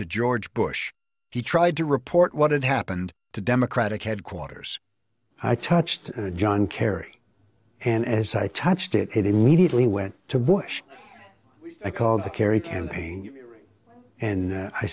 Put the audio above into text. to george bush he tried to report what had happened to democratic headquarters i touched john kerry and as i touched it it immediately went to bush i called the kerry campaign and